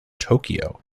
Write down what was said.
tokyo